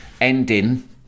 ending